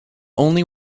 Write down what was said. only